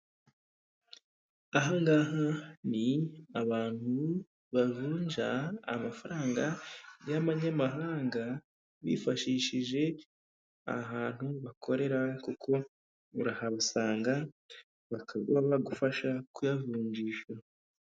Aha ngaha ni abantu bavunja amafaranga y'amanyamahanga bifashishije ahantu bakorera k'uko urahabasanga bakaba bagufasha kuyavunjisha.